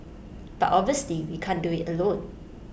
but obviously we can't do IT alone